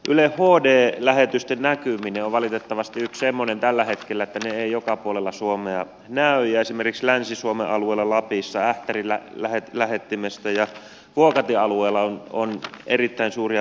ylen hd lähetykset eivät valitettavasti tällä hetkellä joka puolella suomea näy ja esimerkiksi länsi suomen alueella lapissa ähtärin lähettimestä ja vuokatin alueella on erittäin suuria peittoalueita